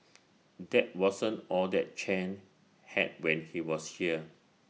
that wasn't all that Chen had when he was here